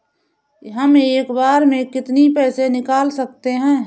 हम एक बार में कितनी पैसे निकाल सकते हैं?